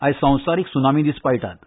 आयज संवसारीक सुनामी दीस पाळटात